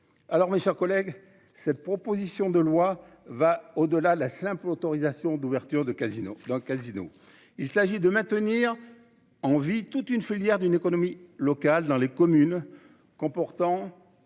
Alors, mes chers collègues, cette proposition de loi va au-delà de la simple autorisation d'ouverture de casino dans Casino. Il s'agit de maintenir en vie toute une filière d'une économie locale dans les communes comportant.